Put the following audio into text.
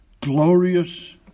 glorious